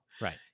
right